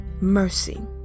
mercy